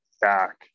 back